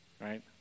right